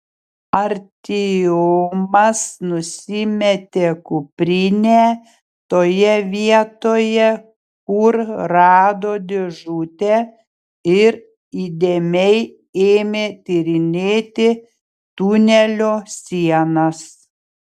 artiomas nusimetė kuprinę toje vietoje kur rado dėžutę ir įdėmiai ėmė tyrinėti tunelio sienas